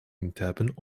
intypen